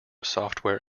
software